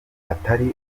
atari